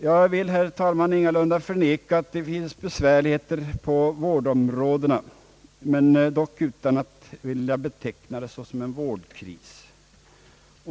Jag vill, herr talman, ingalunda förneka att det finns besvärligheter på vårdområdena, dock utan att vilja beteckna det som en vårdkris.